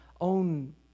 own